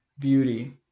beauty